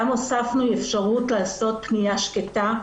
גם הוספנו אפשרות לעשות פניה שקטה,